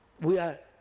we are